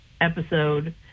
episode